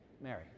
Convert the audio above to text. Mary